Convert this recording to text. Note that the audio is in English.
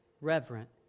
reverent